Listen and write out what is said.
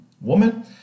woman